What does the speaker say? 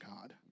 God